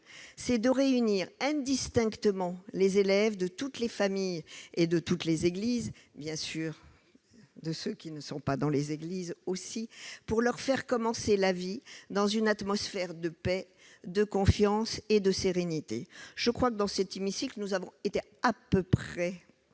C'est de réunir indistinctement les enfants de toutes les familles et de toutes les églises »- cela vaut aussi, bien sûr, pour ceux qui ne sont pas dans les églises -« pour leur faire commencer la vie dans une atmosphère de paix, de confiance et de sérénité. » Je crois que, dans cet hémicycle, nous avons été à peu près